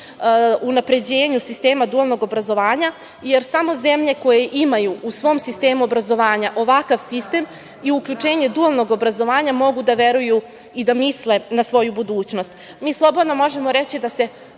unapređenje sistema dualnog obrazovanja, jer samo zemlje koje imaju u svom sistemu obrazovanja ovakav sistem i uključenje dualnog obrazovanja, mogu da veruju i da misle na svoju budućnost. Mi slobodno možemo reći da se